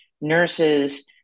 nurses